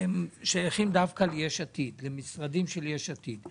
ששייכות דווקא למשרדים של יש עתיד.